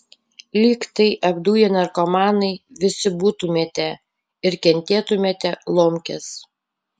lyg tai apduję narkomanai visi būtumėte ir kentėtumėte lomkes